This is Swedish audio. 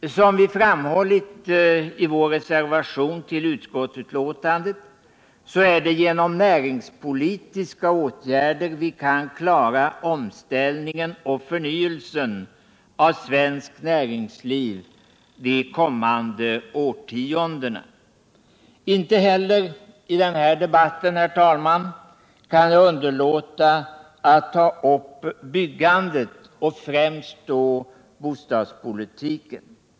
Som vi framhållit i vår reservation till utskottsbetänkandet är det genom näringspolitiska åtgärder vi kan klara omställningen och förnyelsen av svenskt näringsliv de kommande årtiondena. Inte heller i denna debatt kan jag, herr talman, underlåta att ta upp byggandet och då främst bostadspolitiken.